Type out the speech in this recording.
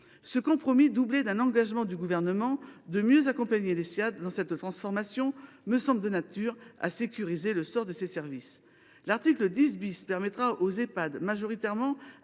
Ce compromis, doublé d’un engagement du Gouvernement de mieux accompagner les Ssiad dans cette transformation, me semble de nature à sécuriser le sort de ces services. L’article 10 permettra aux Ehpad majoritairement